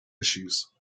issues